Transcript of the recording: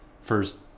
first